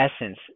essence